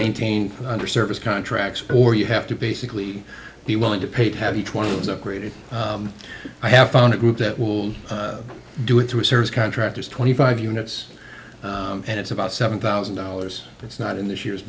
maintained under service contracts or you have to basically be willing to pay to have each one of those upgraded i have found a group that will do it through a service contract is twenty five units and it's about seven thousand dollars that's not in this year